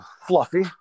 fluffy